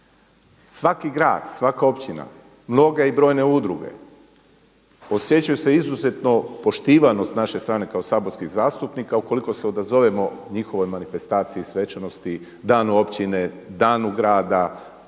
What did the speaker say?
svaki grad, svaka općina, mnoge i brojne udruge osjećaju se izuzetno poštivano s naše strane kao saborskih zastupnika ukoliko se odazovemo njihovoj manifestaciji, svečanosti, dan općine, danu gradu,